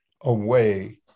away